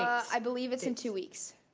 i believe it's in two weeks.